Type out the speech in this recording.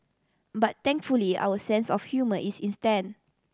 but thankfully our sense of humour is in stand